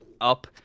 up